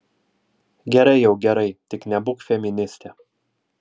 gerai jau gerai tik nebūk feministė